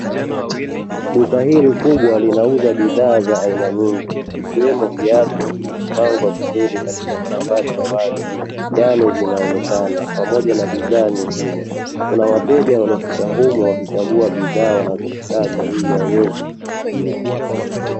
Duka hili kubwa linauza bidhaa za aina nyingi ikiwemo viatu vilivyopangwa vizuri katika makabati ya wazi yaani vinaonekana, pamoja na bidhaa nyingine kuna wateja waliofika humo wakichagua bidhaa wanazozitaka ili waweze kuzilipia.